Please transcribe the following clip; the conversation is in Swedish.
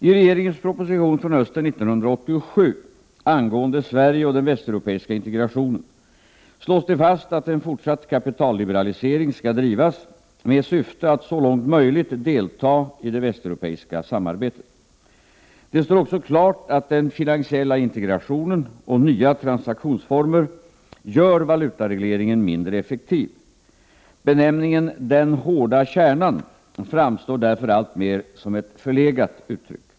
I regeringens proposition från hösten 1987 angående Sverige och den västeuropeiska integrationen slås det fast att en fortsatt kapitalliberalisering skall drivas med syfte att så långt möjligt delta i det västeuropeiska samarbetet. Det står också klart att den finansiella integrationen och nya transaktionsformer gör valutaregleringen mindre effektiv. Benämningen ”den hårda kärnan” framstår därför alltmer som ett förlegat uttryck.